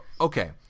okay